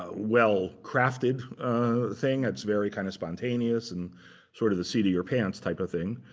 ah well-crafted thing. it's very kind of spontaneous and sort of the seat of your pants type of thing.